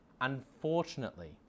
Unfortunately